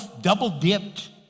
Double-dipped